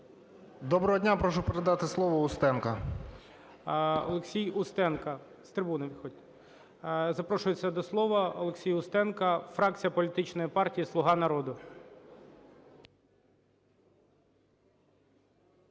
Доброго дня! Прошу передати слово Устенку. ГОЛОВУЮЧИЙ. Олексій Устенко з трибуни, виходь. Запрошується до слова Олексій Устенко, фракція політичної партії "Слуга народу".